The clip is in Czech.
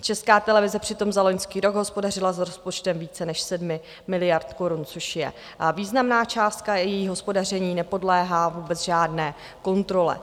Česká televize přitom za loňský rok hospodařila s rozpočtem více než 7 miliard korun, což je významná částka, její hospodaření nepodléhá vůbec žádné kontrole.